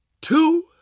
two